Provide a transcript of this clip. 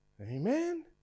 Amen